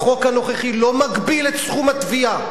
החוק הנוכחי לא מגביל את סכום התביעה.